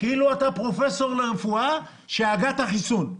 - כאילו אתה פרופסור לרפואה שהגה את החיסון.